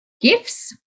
gifts